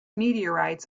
meteorites